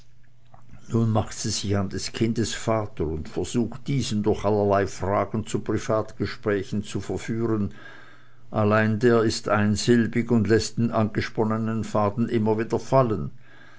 nun macht sie sich an des kindes vater und versucht diesen durch allerlei fragen zu privatgesprächen zu verführen allein der ist einsilbig und läßt den angesponnenen faden immer wieder fallen